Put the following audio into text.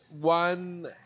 one